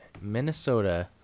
Minnesota